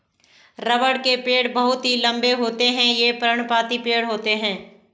रबड़ के पेड़ बहुत ही लंबे होते हैं ये पर्णपाती पेड़ होते है